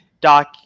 Doc